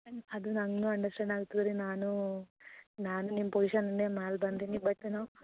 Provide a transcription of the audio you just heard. and ಅದು ನನ್ಗೂ understand ಆಗ್ತದೆ ರೀ ನಾನೂ ನಾನು ನಿಮ್ಮ ಪೊಸಿಷನ್ ಇಂದೇ ಮ್ಯಾಲೆ ಬಂದೇನಿ ಬಟ್ ನಾವು